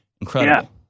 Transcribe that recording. Incredible